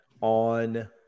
on